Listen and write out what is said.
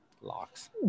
locks